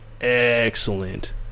excellent